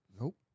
Nope